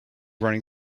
running